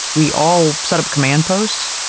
we all set up command posts.